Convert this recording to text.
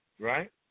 Right